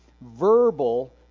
verbal